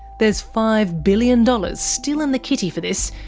there's five billion dollars still in the kitty for this,